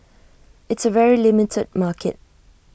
it's A very limited market